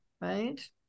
Right